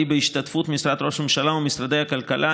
בהשתתפות משרד ראש הממשלה ומשרדי הכלכלה,